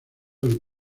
del